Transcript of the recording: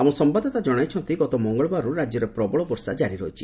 ଆମ ସମ୍ଭାଦଦାତା ଜଣାଇଛନ୍ତି ଗତ ମଙ୍ଗଳବାରରୁ ରାକ୍ୟରେ ପ୍ରବଳ ବର୍ଷା କାରିରହିଛି